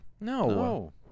No